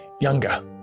younger